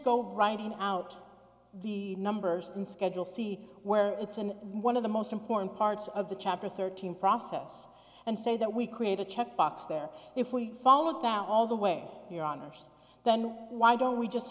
go writing out the numbers in schedule c where it's an one of the most important parts of the chapter thirteen process and say that we create a check box that if we fall without all the way your honour's then why don't we just